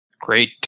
Great